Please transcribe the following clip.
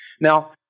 Now